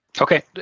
okay